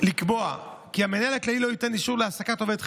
לקבוע כי המנהל הכללי לא ייתן אישור להעסקת עובד חינוך,